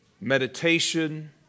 meditation